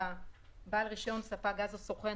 בעל רישיון ספק גז או סוכן,